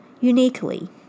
uniquely